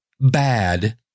bad